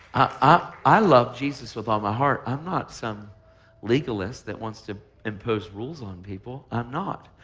ah i love jesus with all my heart. i'm not some legalist that wants to impose rules on people. i'm not.